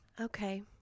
Okay